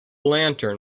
lantern